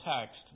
text